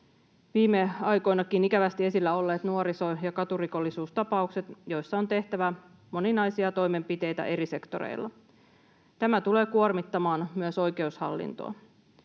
viime aikoinakin ikävästi esillä olleet nuoriso- ja katurikollisuustapaukset, joissa on tehtävä moninaisia toimenpiteitä eri sektoreilla. Tämä tulee kuormittamaan myös oikeushallintoa.